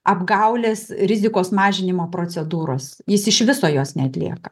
apgaulės rizikos mažinimo procedūros jis iš viso jos neatlieka